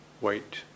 wait